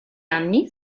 anni